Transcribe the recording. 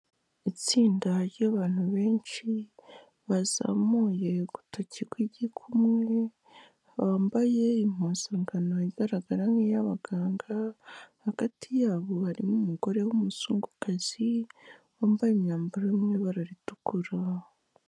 Itsinda ry'abantu benshi bazamuye urutoki kw'igikumwe, bambaye impuzankano igaragara nk'iy'abaganga, hagati yabo arimo umugore w'umuzungukazi wambaye imyambaro yo mu ibara ritukura.